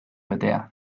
betea